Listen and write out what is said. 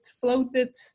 floated